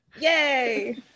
yay